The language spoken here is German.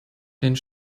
den